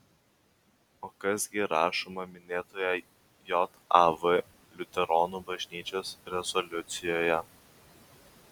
o kas gi rašoma minėtoje jav liuteronų bažnyčios rezoliucijoje